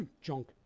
Junk